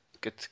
good